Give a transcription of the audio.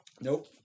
Nope